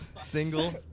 single